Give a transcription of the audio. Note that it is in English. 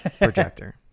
projector